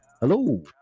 hello